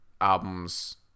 albums